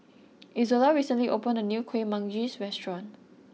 Izola recently opened a new Kuih Manggis Restaurant